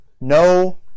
no